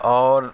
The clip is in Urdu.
اور